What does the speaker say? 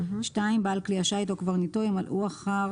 בעל כלי השיט או קברניטו ימלאו אחר